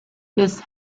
this